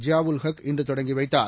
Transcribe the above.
ஜியாஉல் ஹக் இன்று தொடங்கி வைத்தார்